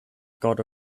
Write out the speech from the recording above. god